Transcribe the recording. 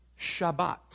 Shabbat